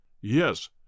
Yes